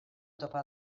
topa